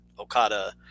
Okada